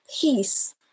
Peace